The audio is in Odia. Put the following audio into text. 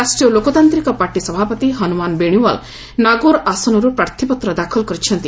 ରାଷ୍ଟ୍ରୀୟ ଲୋକତାନ୍ତିକ ପାର୍ଟି ସଭାପତି ହନୁମାନ ବେଶିୱାଲ୍ ନାଗୌର୍ ଆସନର୍ ପ୍ରାର୍ଥୀପତ୍ର ଦାଖଲ କରିଛନ୍ତି